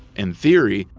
in theory,